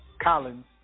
Collins